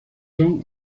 son